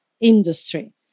industry